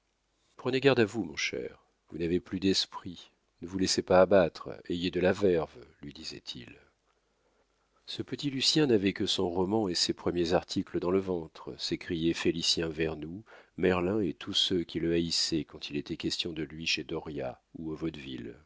prenez garde à vous mon cher vous n'avez plus d'esprit ne vous laissez pas abattre ayez de la verve lui disait-il ce petit lucien n'avait que son roman et ses premiers articles dans le ventre s'écriaient félicien vernou merlin et tous ceux qui le haïssaient quand il était question de lui chez dauriat ou au